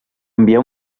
envià